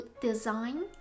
design